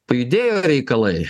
pajudėjo reikalai